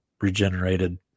regenerated